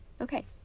Okay